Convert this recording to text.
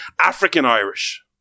African-Irish